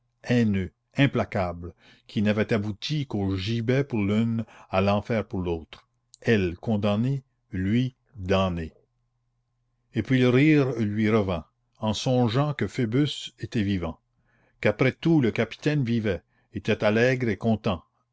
haineux implacable qui n'avait abouti qu'au gibet pour l'une à l'enfer pour l'autre elle condamnée lui damné et puis le rire lui revint en songeant que phoebus était vivant qu'après tout le capitaine vivait était allègre et content